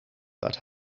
that